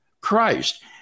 Christ